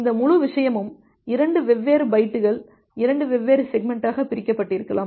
இந்த முழு விஷயமும் 2 வெவ்வேறு பைட்டுகள் 2 வெவ்வேறு செக்மெண்ட்டாகப் பிரிக்கப்பட்டிருக்கலாம்